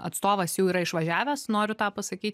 atstovas jau yra išvažiavęs noriu tą pasakyt